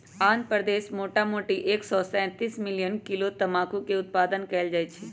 आंध्र प्रदेश मोटामोटी एक सौ तेतीस मिलियन किलो तमाकुलके उत्पादन कएल जाइ छइ